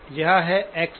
ये है X X